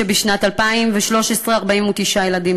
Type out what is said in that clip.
ובשנת 2013, 49 ילדים.